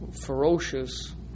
ferocious